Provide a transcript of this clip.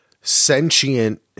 sentient